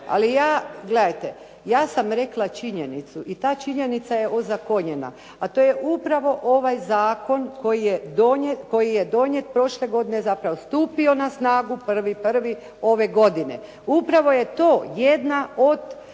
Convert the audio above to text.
Ali ja gledajte, ja sam rekla činjenicu i ta činjenica je ozakonjena. A to je upravo ovaj zakon koji je donijet prošle godine zapravo stupio na snagu 1. 1. ove godine. Upravo je to jedna od